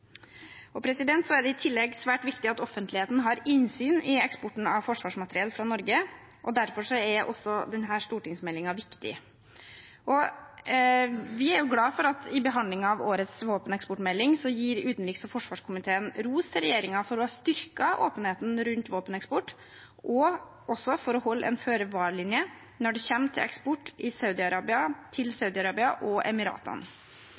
tillegg svært viktig at offentligheten har innsyn i eksporten av forsvarsmateriell fra Norge, og derfor er også denne stortingsmeldingen viktig. Vi er glad for at i behandlingen av årets våpeneksportmelding gir utenriks- og forsvarskomiteen ros til regjeringen for å ha styrket åpenheten rundt våpeneksport, og for å holde en føre-var-linje når det gjelder eksport til Saudi-Arabia og Emiratene. Regjeringen har også fulgt opp Stortingets ønske om å legge fram våpeneksportmeldingen allerede i